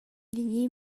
vegni